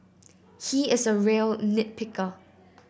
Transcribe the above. he is a real nit picker